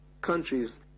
countries